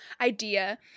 idea